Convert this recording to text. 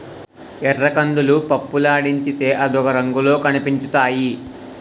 ఎర్రకందులు పప్పులాడించితే అదొక రంగులో కనిపించుతాయి